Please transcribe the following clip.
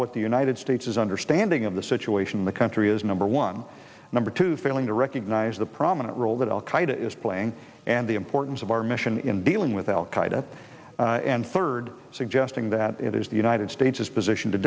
what the united states is understanding of the situation in the country is number one number two failing to recognize the prominent role that al qaida is playing and the importance of our mission in dealing with al qaeda and third suggesting that it is the united states is position to